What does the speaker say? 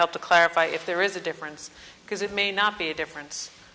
help to clarify if there is a difference because it may not be a difference